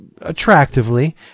attractively